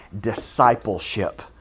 discipleship